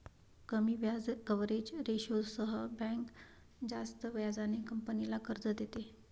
कमी व्याज कव्हरेज रेशोसह बँक जास्त व्याजाने कंपनीला कर्ज देते